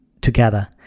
together